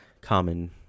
common